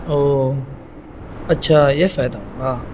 او اچھا یہ فائدہ ہوگا